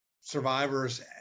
survivors